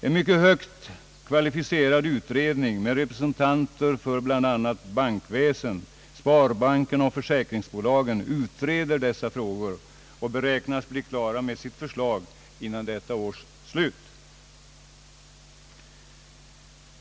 En mycket högt kvalificerad utredning med representanter för bl.a. bankväsendet, sparbankerna och försäkringsbolagen utreder dessa frågor. Den beräknas bli klar med sitt förslag före detta års slut.